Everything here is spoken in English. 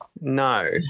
No